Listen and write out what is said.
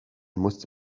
musste